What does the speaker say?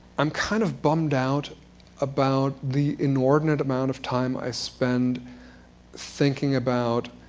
i'm kind of bummed out about the inordinate amount of time i spend thinking about,